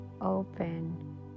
open